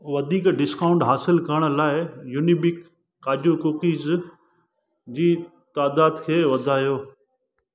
वधीक डिस्काउंट हासिलु करण लाइ युनिबिक काजू कुकीज़ जी तइदाद खे वधायो